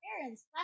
parents